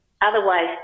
Otherwise